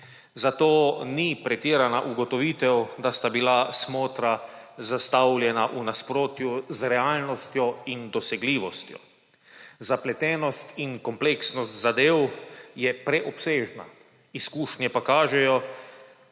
Zato ni pretirana ugotovitev, da sta bila smotra zastavljena v nasprotju z realnostjo in dosegljivostjo. Zapletenost in kompleksnost zadev je preobsežna, izkušnje pa kažejo,